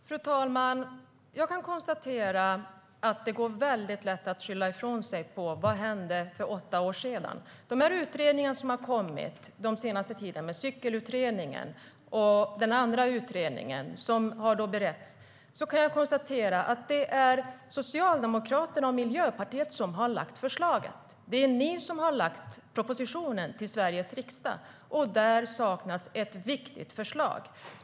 Fru talman! Jag kan konstatera att det är väldigt lätt att skylla ifrån sig och fråga vad som hände för åtta år sedan. När det gäller de utredningar - Cyklingsutredningen och den andra utredningen - som har kommit den senaste tiden och som har beretts är det Socialdemokraterna och Miljöpartiet som har lagt fram förslaget. Det är ni som har lagt fram propositionen för Sveriges riksdag. Där saknas ett viktigt förslag.